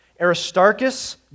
Aristarchus